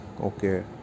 okay